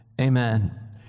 amen